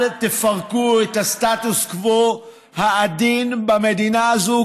אל תפרקו את הסטטוס קוו העדין במדינה הזו,